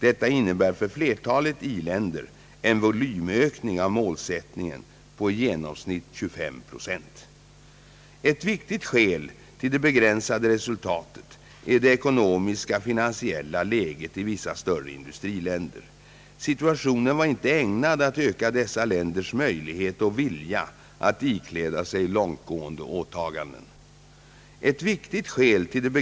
Detta innebär för flertalet iländer en volymökning av målsättningen på i genomsnitt 25 proc. Ett viktigt skäl till det begränsade resultatet är det ekonomiska-finansiella läget i vissa större industriländer. Situationen var inte ägnad att öka dessa länders möjlighet och vilja att ikläda sig långtgående åtaganden.